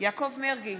יעקב מרגי,